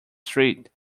street